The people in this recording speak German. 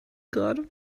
gerade